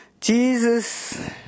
Jesus